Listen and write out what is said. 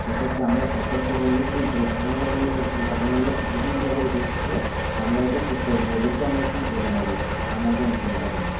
সেক্ষেত্রে আমরা সতর্ক হয়ে গেছি ঘটনা ঘটনাগুলো কিছুদিন যাবৎ হচ্ছে আমরা এটা ঠিক করে দেবো এদেরকে আমরা ঠিক ধরে নেব আপনার কোনও চিন্তা নেই